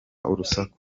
urusaku